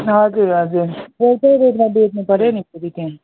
हजुर हजुर एउटै रेटमा बेच्नुपऱ्यो नि फेरि त्यहाँ